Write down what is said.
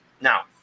Now